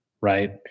right